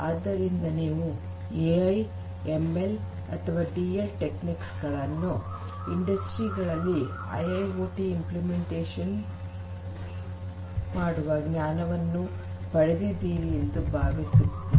ಆದ್ದರಿಂದ ನೀವು ವಿವಿಧ ಎ ಐ ಎಂ ಎಲ್ ಅಥವಾ ಡಿ ಎಲ್ ತಂತ್ರಗಳನ್ನು ಇಂಡಸ್ಟ್ರಿ ಗಳಲ್ಲಿ ಐ ಐ ಓ ಟಿ ಅನುಷ್ಠಾನ ಮಾಡುವ ಜ್ಞಾನವನ್ನು ಪಡೆದಿದ್ದೀರಿ ಎಂದು ಭಾವಿಸುತ್ತೀರಿ